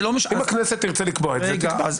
אם הכנסת תרצה לקבוע את זה - תקבע.